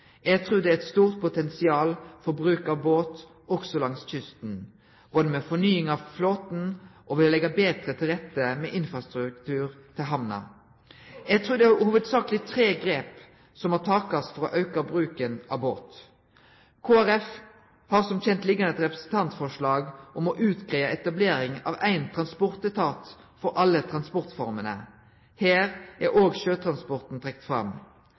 Eg trur det er eit stort potensial for bruk av båt også langs kysten, både med fornying av flåten og ved å leggje betre til rette med infrastruktur til hamna. Eg trur det hovudsakleg er tre grep som må takast for å auke bruken av båt: Kristeleg Folkeparti har som kjent liggjande eit representantforslag om å utgreie etablering av ein transportetat for alle transportformene. Her er òg sjøtransporten trekt fram.